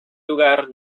lugar